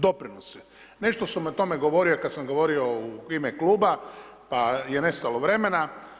Doprinosi, nešto sam o tome govorio, kada sam govorio u ime kluba, pa je nestalo vremena.